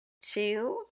Two